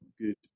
good